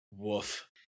Woof